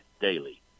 daily